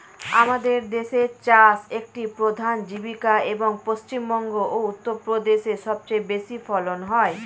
আমাদের দেশে চাষ একটি প্রধান জীবিকা, এবং পশ্চিমবঙ্গ ও উত্তরপ্রদেশে সবচেয়ে বেশি ফলন হয়